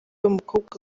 w’umukobwa